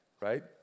right